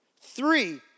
three